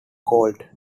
called